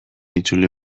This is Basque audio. itzuli